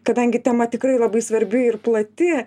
kadangi tema tikrai labai svarbi ir plati